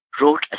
wrote